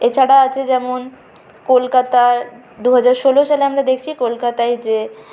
এছাড়া আছে যেমন কলকাতার দুহাজার ষোলো সালে আমরা দেখছি কলকাতায় যে